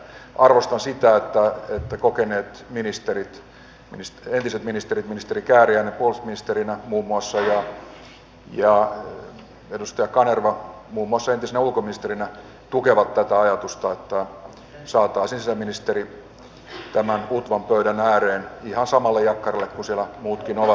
arvostan sitä että kokeneet entiset ministerit edustaja kääriäinen puolustusministerinä muun muassa ja edustaja kanerva muun muassa entisenä ulkoministerinä tukevat tätä ajatusta että saataisiin sisäministeri tämän utvan pöydän ääreen ihan samalle jakkaralle kuin siellä muutkin ovat